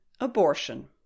Abortion